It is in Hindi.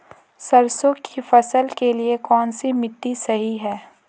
सरसों की फसल के लिए कौनसी मिट्टी सही हैं?